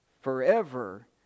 forever